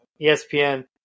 ESPN